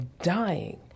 dying